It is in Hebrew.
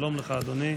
שלום לך, אדוני.